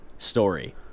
story